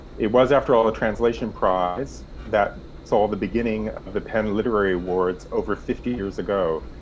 it was after all the translation prize that saw the beginning of the pen literary awards over fifty years ago.